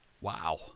Wow